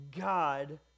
God